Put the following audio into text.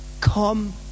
Come